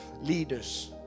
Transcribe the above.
leaders